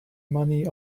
money